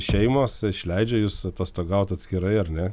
šeimos išleidžia jus atostogaut atskirai ar ne